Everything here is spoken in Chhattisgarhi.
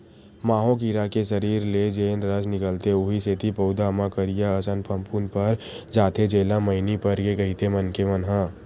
माहो कीरा के सरीर ले जेन रस निकलथे उहीं सेती पउधा म करिया असन फफूंद पर जाथे जेला मइनी परगे कहिथे मनखे मन ह